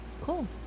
Cool